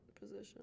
position